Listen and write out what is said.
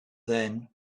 then